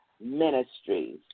ministries